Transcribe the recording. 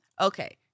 Okay